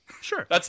Sure